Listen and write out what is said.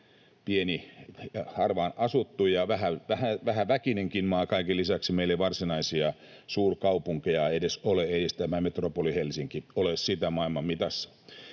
harvaan asuttu ja vähäväkinenkin maa kaiken lisäksi, meillä ei varsinaisia suurkaupunkeja edes ole, ei edes tämä metropoli Helsinki ole sitä maailman mitassa.